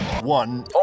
One